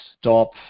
stop